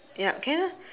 yup can ah